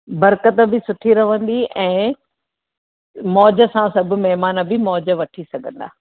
बरकतु बि सुठी रहंदी ऐं मौज सां सब महिमान बि मौज वठी सघंदा